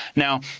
now,